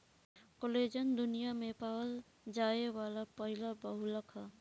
collagen दुनिया में पावल जाये वाला पहिला बहुलक ह